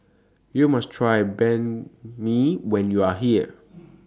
YOU must Try Banh MI when YOU Are here